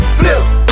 flip